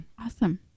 awesome